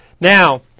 Now